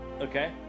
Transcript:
Okay